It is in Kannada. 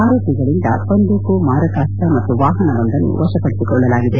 ಆರೋಪಿಗಳಿಂದ ಬಂದೂಕು ಮಾರಕಾಸ್ತ ಮತ್ತು ವಾಪನವೊಂದನ್ನು ವಶಪಡಿಸಿಕೊಂಡಿದ್ಲಾರೆ